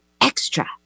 extra